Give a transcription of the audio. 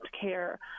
care